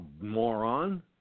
moron